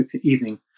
evening